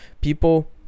people